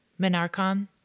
menarchon